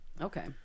Okay